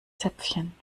zäpfchen